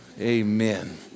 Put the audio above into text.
Amen